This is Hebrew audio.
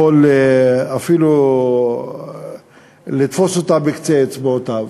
יכול אפילו לתפוס אותה בקצה אצבעותי: